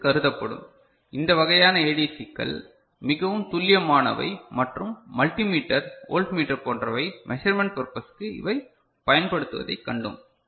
இது கருதப்படும் இந்த வகையான ஏடிசிக்கள் மிகவும் துல்லியமானவை மற்றும் மல்டி மீட்டர் வோல்ட்மீட்டர் போன்றவை மெசர்மென்ட் பர்பஸ்க்கு இவை பயன்படுத்தப்படுவதைக் கண்டோம்